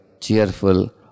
cheerful